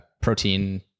protein